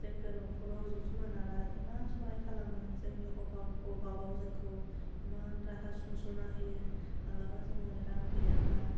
जोंखौ न'खराव जिब जुनारा इमान सहाय खालामो जोंनि अबाब अबाबाव जोंखौ इमान राहा सुंस'ना होयो मालाबा जोङो रां गैयाब्ला